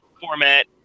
format